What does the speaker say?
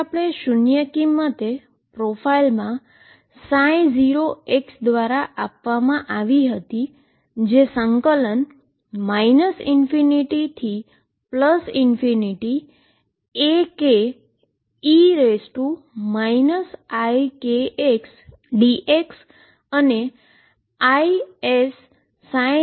હવે આપણે 0 કિંમતે પ્રોફાઇલ 0x દ્વારા આપવામાં આવી હતી જે ઈન્ટીગ્રેશન ∞ Ake ikxdx અને is0છે